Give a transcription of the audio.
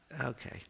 Okay